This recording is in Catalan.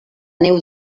neu